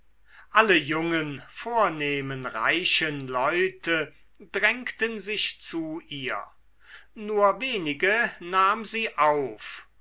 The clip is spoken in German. alle jungen vornehmen reichen leute drängten sich zu ihr nur wenige nahm sie auf